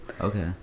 okay